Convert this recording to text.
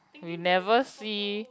we never see